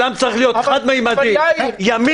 יאיר.